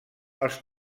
als